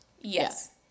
Yes